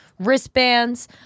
Wristbands